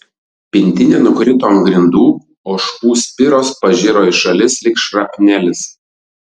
pintinė nukrito ant grindų ožkų spiros pažiro į šalis lyg šrapnelis